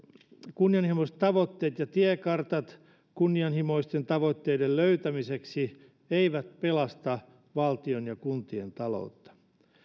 kunnianhimoiset tavoitteet ja tiekartat kunnianhimoisten tavoitteiden löytämiseksi eivät pelasta valtion ja kuntien taloutta